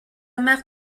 mère